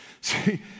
See